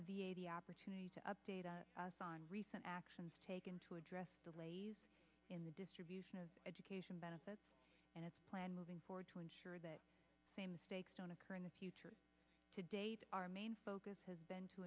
the opportunity to update us on recent actions taken to address delays in the distribution of education benefits and its plan moving forward to ensure that same mistakes don't occur in the future to date our main focus has been to